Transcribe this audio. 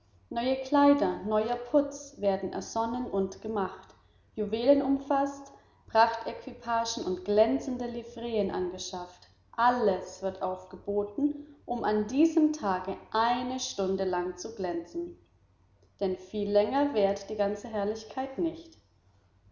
neue kleider neuer putz werden ersonnen und gemacht juwelen umfaßt pracht equipagen und glänzende livreen angeschafft alles wird aufgeboten um an diesem tage eine stunde lang zu glänzen denn viel länger währt die ganze herrlichkeit nicht